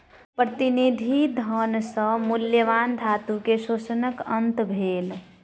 प्रतिनिधि धन सॅ मूल्यवान धातु के शोषणक अंत भेल